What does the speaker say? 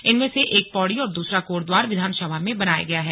इनमें से एक पौड़ी और दूसरा कोटद्वार विधानसभा में बनाया गया है